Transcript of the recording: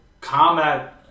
combat